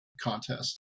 contest